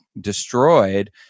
destroyed